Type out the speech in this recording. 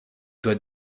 doit